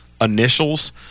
initials